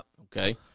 okay